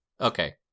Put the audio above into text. Okay